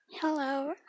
Hello